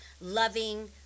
loving